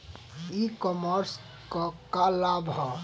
ई कॉमर्स क का लाभ ह?